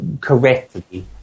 correctly